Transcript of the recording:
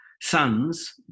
sons